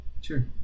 Sure